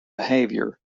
behavior